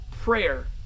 prayer